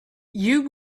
you